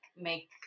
make